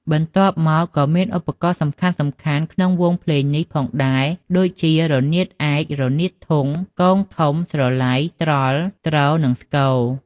បន្ទាប់មក ក៏មានឧបករណ៍សំខាន់ៗក្នុងវង់ភ្លេងនេះផងដែរដូចជា រនាតឯក រនាតធុង គងធំ ស្រឡៃ ត្រល់ ទ្រ និងស្គរ។